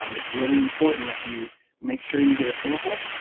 um it's really important that you make sure you get a sample,